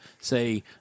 say